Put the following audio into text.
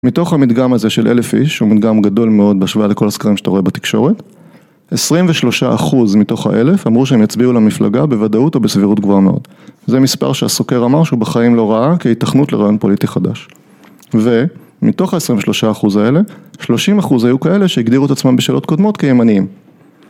מתוך המדגם הזה של אלף איש, שהוא מדגם גדול מאוד בהשוואה לכל הסקרים שאתה רואה בתקשורת, 23 אחוז מתוך האלף אמרו שהם יצביעו למפלגה בוודאות או בסבירות גבוהה מאוד. זה מספר שהסוקר אמר שהוא בחיים לא ראה כהתכנות לרעיון פוליטי חדש. ומתוך ה-23 אחוז האלה, 30 אחוז היו כאלה שהגדירו את עצמם בשאלות קודמות כימניים.